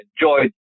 enjoyed